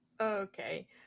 Okay